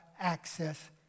access